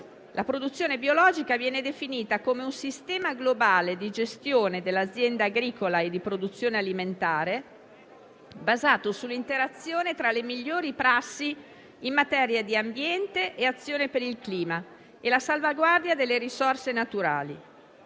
La produzione biologica viene definita come un sistema globale di gestione dell'azienda agricola e di produzione alimentare basato sull'interazione tra le migliori prassi in materia di ambiente e azione per il clima e la salvaguardia delle risorse naturali.